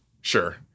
Sure